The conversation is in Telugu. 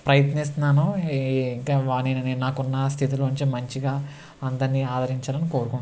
ప్రయత్నిస్తున్నాను ఇంకా నాకున్న స్థితిలోంచి మంచిగా అందరినీ ఆదరించాలని కోరుకుంటున్నాను